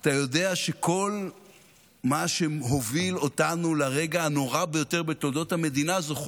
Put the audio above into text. אתה יודע שכל מה שהוביל אותנו לרגע הנורא ביותר בתולדות המדינה הזו,